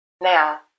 Now